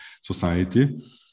society